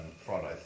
Friday